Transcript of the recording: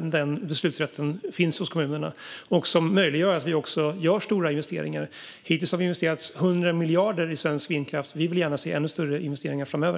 kommunernas beslutsrätt som också möjliggör att vi gör stora investeringar. Hittills har vi investerat 100 miljarder i svensk vindkraft, och vi vill gärna se ännu större investeringar framöver.